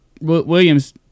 Williams